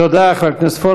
תודה, חבר הכנסת פורר.